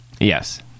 Yes